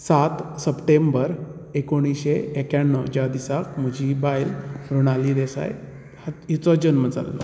सात सप्टेंबर एकुणीश्शे एक्याण्णव ज्या दिसा म्हजी बायल मृणाली देसाई तिचो जल्म जाल्लो